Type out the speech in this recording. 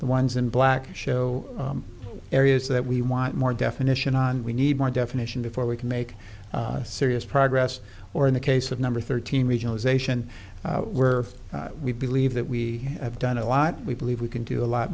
the ones in black show areas that we want more definition on we need more definition before we can make serious progress or in the case of number thirteen regionalization we're we believe that we have done a lot we believe we can do a lot